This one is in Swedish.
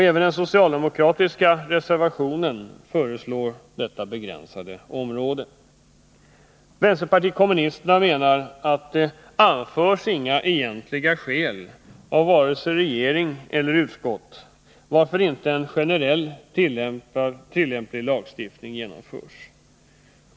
Även i den socialdemokratiska reservationen föreslås ett sådant begränsat tillämpningsområde. Vpk menar att det inte anförs några egentliga skäl, vare sig av regeringen eller av utskottet, till att en generellt tillämplig lagstiftning inte genomförs.